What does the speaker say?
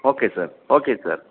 okay sir okay sir